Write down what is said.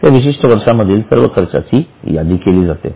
त्या विशिष्ट वर्षांमधील सर्व खर्चाची यादी केली जाते